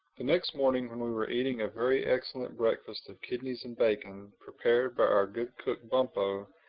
the next morning when we were eating a very excellent breakfast of kidneys and bacon, prepared by our good cook bumpo,